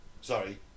sorry